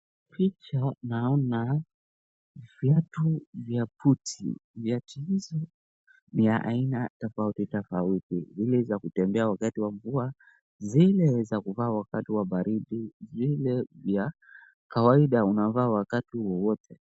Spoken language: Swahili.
Naona viatu vya buti ,viatu hizo ni vya aina tofauti tofauti ,zile za kutembea wakati wa mvua, zile za kuvaa wakati wa baridi, zile za kawaida za kuvaa wakati wowote.